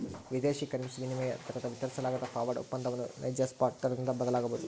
ವಿದೇಶಿ ಕರೆನ್ಸಿ ವಿನಿಮಯ ದರ ವಿತರಿಸಲಾಗದ ಫಾರ್ವರ್ಡ್ ಒಪ್ಪಂದವನ್ನು ನೈಜ ಸ್ಪಾಟ್ ದರದಿಂದ ಬದಲಾಗಬೊದು